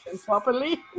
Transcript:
properly